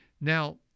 Now